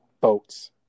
Boats